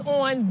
on